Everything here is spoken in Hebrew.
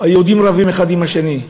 היהודים רבים אחד עם השני.